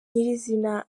nyir’izina